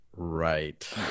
Right